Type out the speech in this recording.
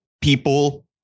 people